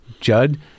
Judd